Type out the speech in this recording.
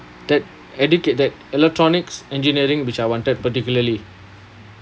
that educate~ that electronics engineering which I wanted particularly